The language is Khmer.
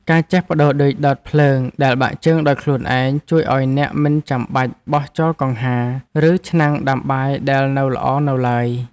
ការចេះប្តូរឌុយដោតភ្លើងដែលបាក់ជើងដោយខ្លួនឯង ជួយឱ្យអ្នកមិនចាំបាច់បោះចោលកង្ហារ ឬឆ្នាំងដាំបាយដែលនៅល្អនៅឡើយ។